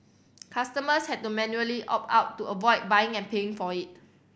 customers had to manually opt out to avoid buying and paying for it